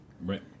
Right